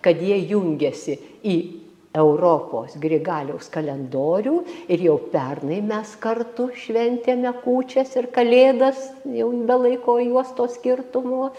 kad jie jungiasi į europos grigaliaus kalendorių ir jau pernai mes kartu šventėme kūčias ir kalėdas jau be laiko juostos skirtumo